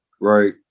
right